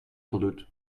voldoet